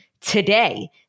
today